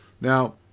Now